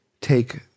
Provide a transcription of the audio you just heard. take